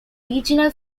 regional